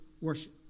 worship